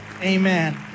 Amen